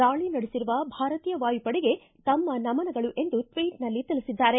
ದಾಳಿ ನಡೆಸಿರುವ ಭಾರತೀಯ ವಾಯುಪಡೆಗೆ ತಮ್ಮ ನಮನಗಳು ಎಂದು ಟ್ವೀಟ್ನಲ್ಲಿ ತಿಳಿಸಿದ್ದಾರೆ